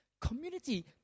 Community